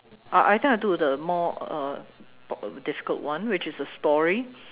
uh I think I'll do the more uh difficult one which is a story